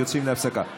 יוצאים להפסקה,